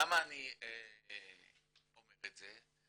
למה אני אומר את זה?